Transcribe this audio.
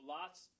Lot's